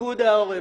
פיקוד העורף,